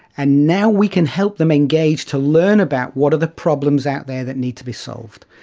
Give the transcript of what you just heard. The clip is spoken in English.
and now we can help them engage to learn about what are the problems out there that need to be solved.